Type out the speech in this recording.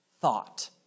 thought